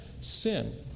sin